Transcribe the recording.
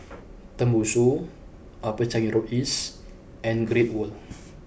Tembusu Upper Changi Road East and Great World